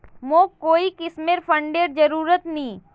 मोक कोई किस्मेर फंडेर जरूरत नी